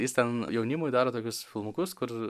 jis ten jaunimui daro tokius filmukus kur